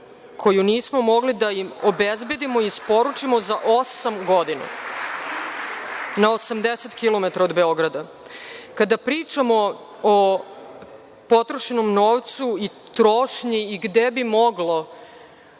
koju nismo mogli da im obezbedimo i isporučimo za osam godina, na 80 km od Beograda. Kada pričamo o potrošenom novcu i trošnji, i gde bi moglo